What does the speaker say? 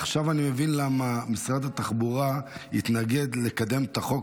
עכשיו אני מבין למה משרד התחבורה התנגד לקדם את החוק